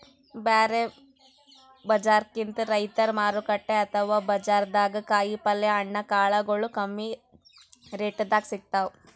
ಬ್ಯಾರೆ ಬಜಾರ್ಕಿಂತ್ ರೈತರ್ ಮಾರುಕಟ್ಟೆ ಅಥವಾ ಬಜಾರ್ದಾಗ ಕಾಯಿಪಲ್ಯ ಹಣ್ಣ ಕಾಳಗೊಳು ಕಮ್ಮಿ ರೆಟೆದಾಗ್ ಸಿಗ್ತಾವ್